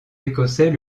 écossais